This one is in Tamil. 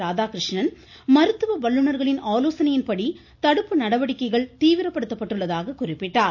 ராதாகிருஷ்ணன் மருத்துவ வல்லுநர்களின் ஆலோசனையின் படி தடுப்பு நடவடிக்கைகள் தீவிரப்படுத்தப்பட்டுள்ளதாக குறிப்பிட்டார்